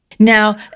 Now